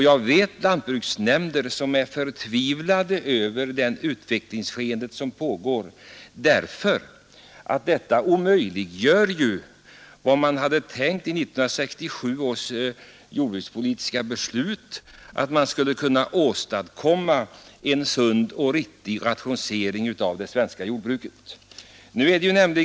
Jag vet lantbruksnämnder som är förtvivlade över den utveckling som pågår, därför att den omöjliggör vad man avsåg med 1967 års jordbrukspolitiska beslut, nämligen att åstadkomma en sund och riktig rationalisering av det svenska jordbruket.